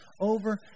over